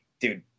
dude